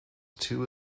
two